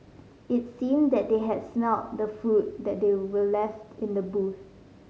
it seemed that they had smelt the food that they were left in the boot